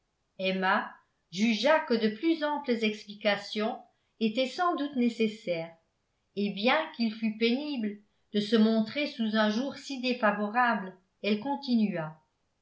emma jugea que de plus amples explications étaient sans doute nécessaires et bien qu'il fût pénible de se montrer sous un jour si défavorable elle continua